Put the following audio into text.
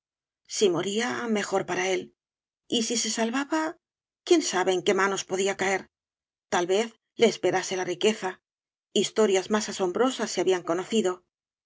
si moría mejor para él y si se salvaba quién sabe en qué manos podía caer tal vez le esperase la riqueza historias más asombrosas se habían conocido